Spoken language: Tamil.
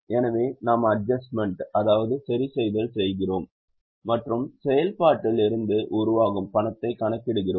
எனவே நாம் அட்ஜஸ்ட்மென்ட் சரிசெய்தல் செய்கிறோம் மற்றும் செயல்பாட்டில் இருந்து உருவாகும் பணத்தை கணக்கிடுகிறோம்